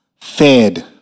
Fed